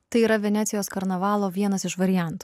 tai yra venecijos karnavalo vienas iš variantų